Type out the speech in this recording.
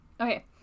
Okay